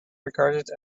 regarded